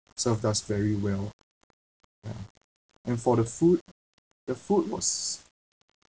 served us very well ah and for the food the food was